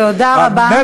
תודה רבה.